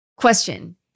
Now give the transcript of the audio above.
Question